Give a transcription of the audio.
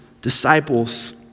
disciples